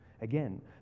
Again